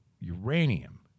uranium